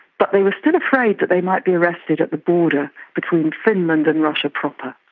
but they were still afraid that they might be arrested at the border between finland and russia proper.